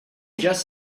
just